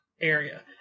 area